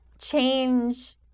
change